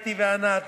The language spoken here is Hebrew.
אתי וענת,